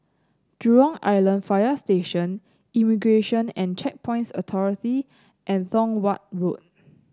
Jurong Island Fire Station Immigration And Checkpoints Authority and Tong Watt Road